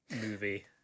movie